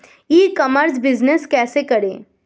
ई commerce business कैसे करें?